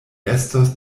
estos